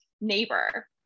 neighbor